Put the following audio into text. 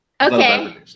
Okay